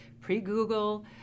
pre-Google